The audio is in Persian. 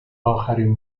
اخرین